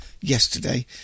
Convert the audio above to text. yesterday